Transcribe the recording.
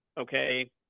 okay